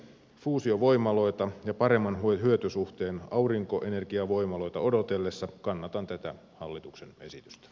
fuusiovoimaloita ja paremman hyötysuhteen aurinkoenergiavoimaloita odotellessa kannatan tätä hallituksen esitystä